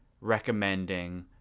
recommending